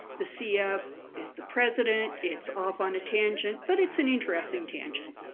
the cf. is the president, it's off on a tangent, but it's an interesting tangent.